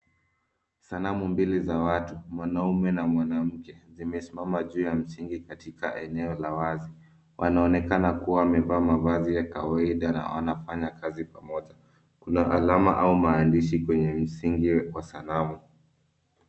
Sanamu mbili za watu mwanaume na mwanamke zimesimama juu ya msingi katika eneo la wazi. Wanaonekana kuwa wamevaa mavazi ya kawaida na wanafanya kazi pamoja. Kuna alama au maandishi kwenye msingi wa sanamu.